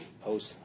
post